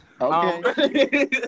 Okay